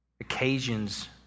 occasions